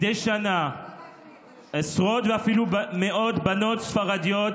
מדי שנה עשרות ואפילו מאוד בנות ספרדיות